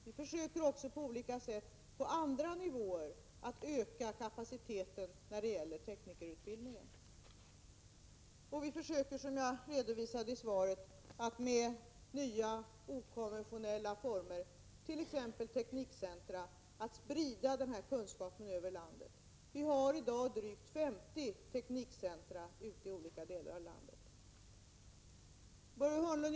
Vi försöker också på olika sätt att öka kapaciteten på andra nivåer när det gäller teknikerutbildningen. Vi försöker, som jag redovisade i svaret, att genom nya, okonventionella former, t.ex. teknikcentra, sprida den här kunskapen över landet. Vi har i dag drygt 50 teknikcentra i olika delar av landet.